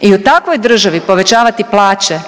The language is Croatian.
I u takvoj državi povećavati plaće,